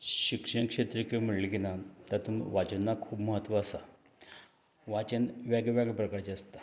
शिक्षण क्षेत्र की म्हळ्ळें की ना तातूंत वाचनाक खूब म्हत्व आसा वाचन वेगळ्या वेगळ्या प्रकारचें आसता